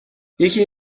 یکی